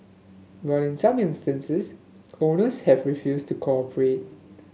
but in some instances owners have refused to cooperate